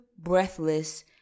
breathless